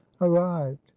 arrived